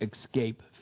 escape